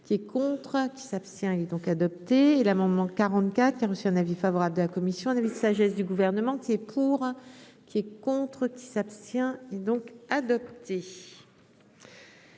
qui est contre. S'abstient et donc adopté et l'amendement 44 qui a reçu un avis favorable de la commission, avis de sagesse du gouvernement qui est pour, qui est contre qui s'abstient donc adopté.